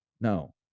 no